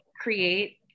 create